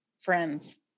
friends